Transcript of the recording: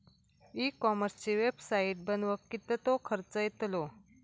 E कॉमर्सची website बनवक किततो खर्च येतलो?